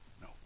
No